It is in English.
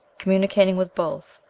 communicating with both,